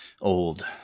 old